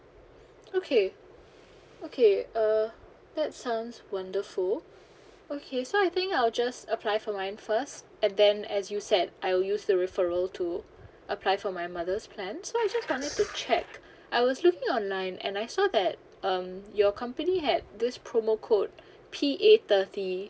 okay okay uh that sounds wonderful okay so I think I'll just apply for mine first and then as you said I'll use the referral to apply for my mother's plans so I just wanted to check I was looking online and I saw that um your company had this promo code P A thirty